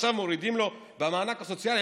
ועכשיו מורידים לו במענק הסוציאלי?